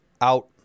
out